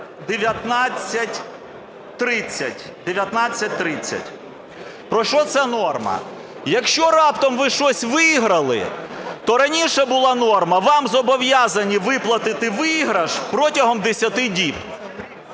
1930. Про що ця норма? Якщо раптом ви щось виграли, то раніше була норма: вам зобов'язані виплатити виграш протягом 10 діб.